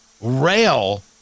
rail